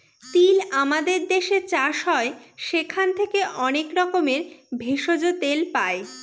তিল আমাদের দেশে চাষ হয় সেখান থেকে অনেক রকমের ভেষজ, তেল পাই